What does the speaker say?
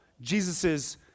Jesus's